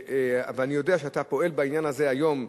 אני יודע שאתה פועל בעניין הזה היום,